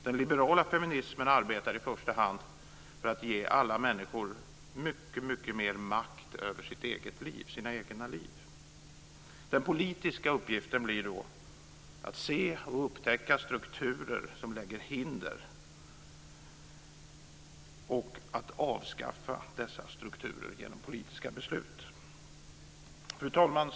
Den liberala feminismen arbetar i första hand för att ge alla människor mycket mer makt över sina egna liv. Den politiska uppgiften blir då att se och upptäcka strukturer som fungerar som hinder och att avskaffa dessa strukturer genom politiska beslut. Fru talman!